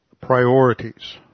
priorities